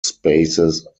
spaces